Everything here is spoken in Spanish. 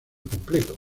completo